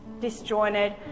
disjointed